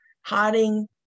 hiding